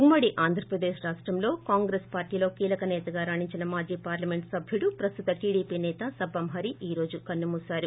ఉమ్మడి ఆంధ్రప్రదేశ్ రాష్టంలో కాంగ్రెస్ పార్లీలో కీలక నేతగా రాణించిన మాజీ పార్లమెంట్ సభ్యుడు ప్రస్తుత టీడీపీ సేత సబ్బం హరి ఈ రోజు కన్నుమూశారు